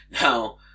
Now